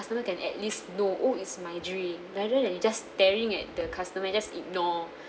customer can at least know oh is my drink rather than you just staring at the customer just ignore